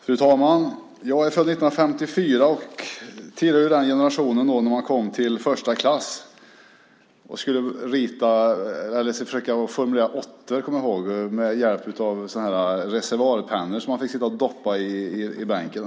Fru talman! Jag är född 1954 och tillhör den generationen som, när man kom till första klass, skulle försöka forma åttor med hjälp av reservoarpennor som man fick sitta och doppa i bläck.